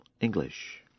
English